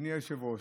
אדוני היושב-ראש,